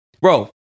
bro